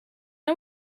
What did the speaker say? are